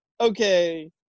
okay